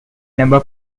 number